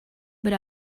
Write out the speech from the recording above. but